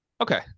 okay